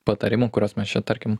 patarimų kuriuos mes čia tarkim